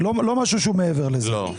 לא משהו מעבר לזה.